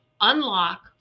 unlock